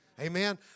Amen